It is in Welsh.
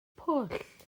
pwll